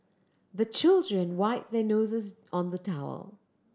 the children wipe their noses on the towel